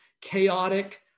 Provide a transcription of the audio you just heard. chaotic